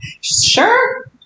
Sure